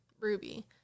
ruby